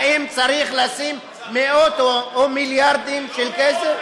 האם צריך לשים שם מאות, או מיליארדים של כסף?